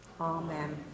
Amen